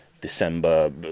December